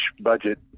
budget